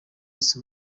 yise